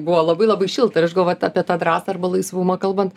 buvo labai labai šilta ir aš galvoju apie tą drąsą arba laisvumą kalbant